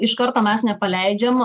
iš karto mes nepaleidžiam